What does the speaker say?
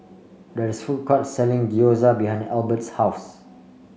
there is a food court selling Gyoza behind Albert's house